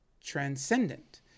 transcendent